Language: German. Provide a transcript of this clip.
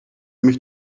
mich